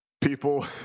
People